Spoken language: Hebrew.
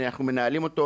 אנחנו מנהלים אותו,